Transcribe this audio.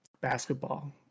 Basketball